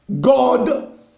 God